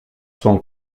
son